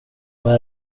vad